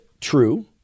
true